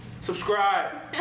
Subscribe